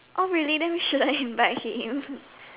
oh really then we shouldn't invite him